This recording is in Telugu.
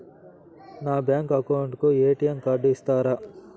నా బ్యాంకు అకౌంట్ కు ఎ.టి.ఎం కార్డు ఇస్తారా